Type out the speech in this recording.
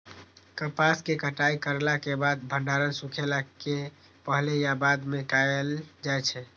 कपास के कटाई करला के बाद भंडारण सुखेला के पहले या बाद में कायल जाय छै?